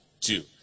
two